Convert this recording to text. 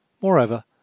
Moreover